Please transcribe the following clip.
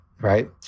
right